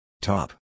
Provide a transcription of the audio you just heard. top